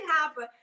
happen